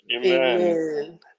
Amen